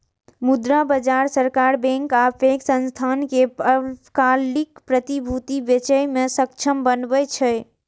मुद्रा बाजार सरकार, बैंक आ पैघ संस्थान कें अल्पकालिक प्रतिभूति बेचय मे सक्षम बनबै छै